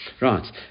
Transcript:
Right